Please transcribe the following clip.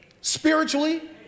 spiritually